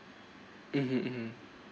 (uh huh) (uh huh)